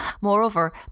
Moreover